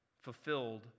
fulfilled